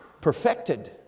perfected